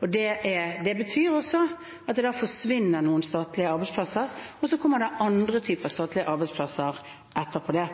og det betyr også at det forsvinner noen statlige arbeidsplasser, men så kommer det andre typer statlige arbeidsplasser etter det.